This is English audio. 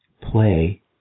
play